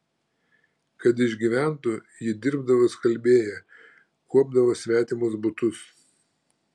kad išgyventų ji dirbdavo skalbėja kuopdavo svetimus butus